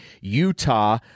Utah